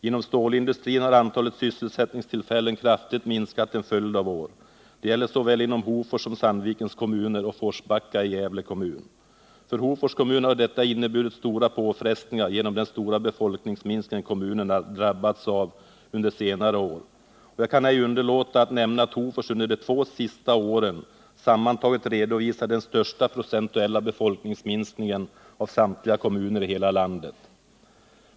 Inom stålindustrin har antalet sysselsättningstillfällen minskat kraftigt under en följd av år. Det gäller inom såväl Hofors som Sandvikens kommuner och Forsbacka i Gävle kommun. För Hofors kommun har detta inneburit stora påfrestningar genom den kraftiga befolkningsminskning som kommunen drabbats av under senare år, och jag kan ej underlåta att nämna att Hofors under de två senaste åren sammantaget redovisar den största procentuella befolkningsminskningen av samtliga kommuner i hela landet.